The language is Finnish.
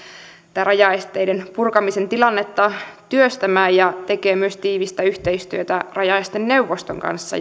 tätä rajaesteiden purkamisen tilannetta työstämään ja tekevät myös tiivistä yhteistyötä rajaesteneuvoston kanssa